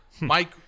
Mike